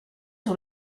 sur